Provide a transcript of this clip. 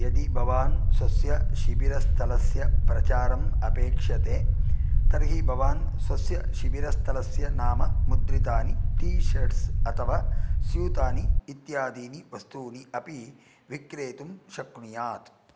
यदि भवान् स्वस्य शिबिरस्थलस्य प्रचारम् अपेक्षते तर्हि भवान् स्वस्य शिबिरस्थलस्य नाम मुद्रितानि टी शर्ट्स् अथवा स्यूतानि इत्यादीनि वस्तूनि अपि विक्रेतुं शक्नुयात्